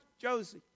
Josie